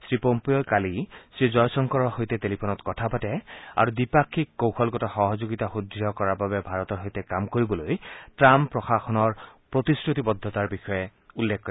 শ্ৰীপম্পীঅই কালি শ্ৰীজয়শংকৰৰ সৈতে টেলিফোনত কথা পাতে আৰু দ্বিপাক্ষিক কৌশলগত সহযোগিতা সুদৃঢ় কৰাৰ বাবে ভাৰতৰ সৈতে কাম কৰিবলৈ টাম্প প্ৰশাসনৰ প্ৰতিশ্ৰুতিবদ্ধতাৰ বিষয়ে উল্লেখ কৰে